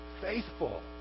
faithful